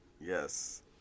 Yes